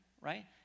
right